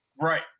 Right